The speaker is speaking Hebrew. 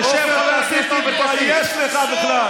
חבר הכנסת כסיף, אתה תגרום לי להוסיף עוד דקה.